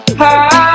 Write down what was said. high